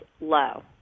low